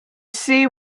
see